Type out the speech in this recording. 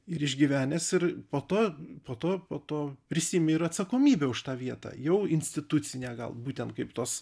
ir išgyvenęs ir po to po to po to prisiimi ir atsakomybę už tą vietą jau institucinę gal būtent kaip tos